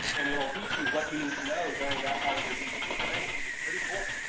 and it will teach you what you need to know during that part of your beekeeping journey, which is pretty cool.